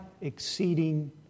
exceeding